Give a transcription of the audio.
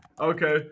okay